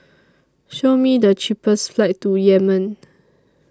Show Me The cheapest flights to Yemen